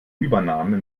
übernahme